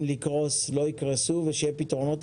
לקרוס לא יקרסו ושיהיו לאנשים פתרונות.